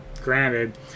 granted